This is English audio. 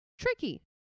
tricky